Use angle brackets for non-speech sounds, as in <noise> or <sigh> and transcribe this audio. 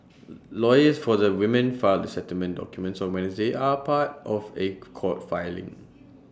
<noise> lawyers for the women filed the settlement documents on Wednesday are part of A court filing